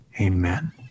Amen